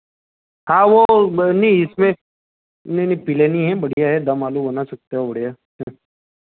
हाँ वह ब नहीं इसमें नहीं नहीं पीले नहीं हैं बढ़िया है दम आलू बना सकते हो बढ़िया हैं